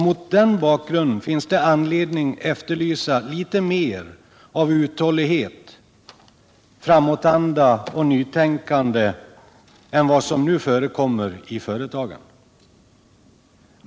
Mot den bakgrunden finns det anledning att efterlysa litet mer av uthållighet, framåtanda och nytänkande än vad som nu förekommer i företagen.